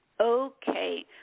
Okay